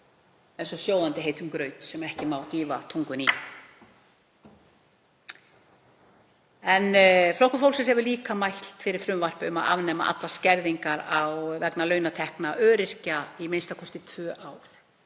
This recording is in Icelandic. eins og sjóðandi heitum graut sem ekki má dýfa tungunni í. Flokkur fólksins hefur líka mælt fyrir frumvarpi um að afnema allar skerðingar vegna launatekna öryrkja í a.m.k. tvö ár